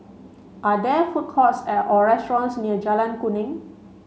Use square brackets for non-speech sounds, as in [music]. are there food courts [unintelligible] or restaurants near Jalan Kuning